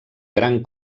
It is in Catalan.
gran